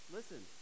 Listen